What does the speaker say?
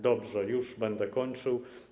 Dobrze, już będę kończył.